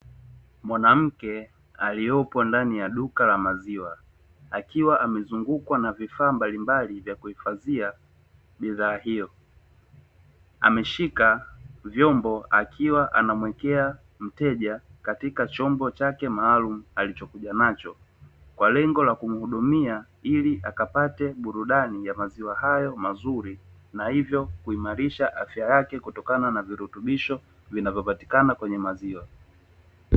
Mwanamke aliopo ndani ya duka la maziwa, akiwa amezungukwa na vifaa mbalimbali vya kuhifadhia bidhaa hiyo, ameshika vyombo akiwa anamwekea mteja katika chombo chake maalum alichokuja nacho, kwa lengo la kumhudumia ili akapate burudani ya maziwa hayo mazuri, na hivyo kuimarisha afya yake kutokana na virutubisho vinavyopatikana kwenye maziwa.